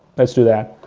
let's do that.